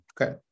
okay